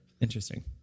interesting